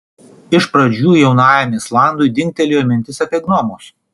iš pradžių jaunajam islandui dingtelėjo mintis apie gnomus